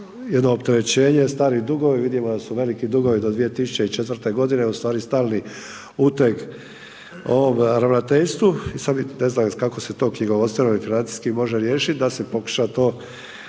jedno opterećenje, stari dugovi, vidimo da su veliki dugovi, do 2004. g. ustvari stalni uteg ravnateljstvu i sad bi, ne znam kako se to knjigovodstveno i financijski može riješit da se pokuša to,